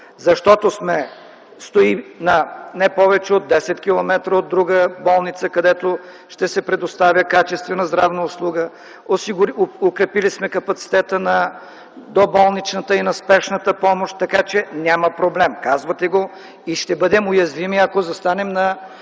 защото отстои на не повече от 10 км от друга болница, където ще се предоставя качествена здравна услуга, укрепили сме капацитета на доболничната и на спешната помощ, така че няма проблем. Казвате го и ще бъдем уязвими, ако застанем на